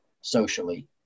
socially